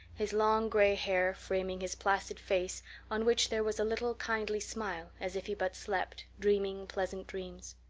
his long gray hair framing his placid face on which there was a little kindly smile as if he but slept, dreaming pleasant dreams.